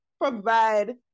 provide